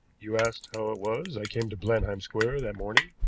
you asked how it was i came to blenheim square that morning.